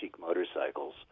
motorcycles